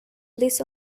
this